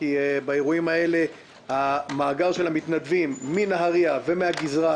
מה החקיקה